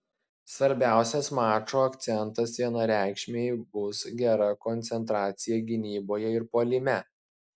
svarbiausias mačo akcentas vienareikšmiai bus gera koncentracija gynyboje ir puolime